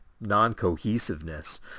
non-cohesiveness